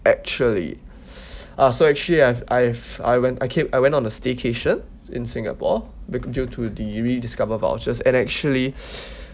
actually uh so actually I've I've I went I ca~ I went on a staycation in singapore becau~ due to the rediscover vouchers and actually